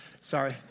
Sorry